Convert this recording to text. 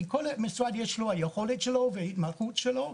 כי לכל משרד יש את היכולת שלו והמהות שלו.